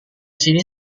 sini